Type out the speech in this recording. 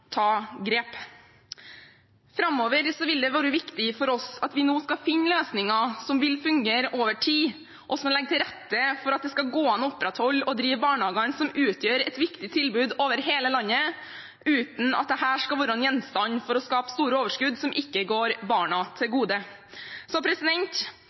vil det være viktig for oss at vi skal finne løsninger som vil fungere over tid, og som legger til rette for at det skal gå an å opprettholde og drive barnehagene som utgjør et viktig tilbud over hele landet, uten at de skal være gjenstand for å skape store overskudd som ikke kommer barna til